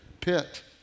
pit